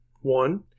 One